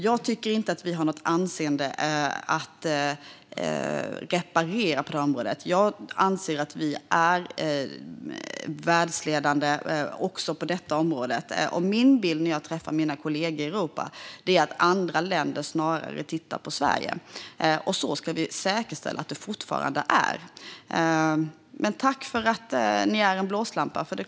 Jag tycker inte att vi har något anseende att reparera på området. Jag anser att vi är världsledande även på detta område. När jag träffat kollegor i Europa har jag fått bilden av att andra länder snarare tittar på Sverige. Vi ska säkerställa att det förblir så. Tack ändå för att ni är en blåslampa!